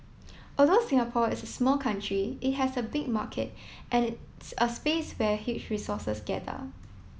although Singapore is a small country it has a big market and its a space where huge resources gather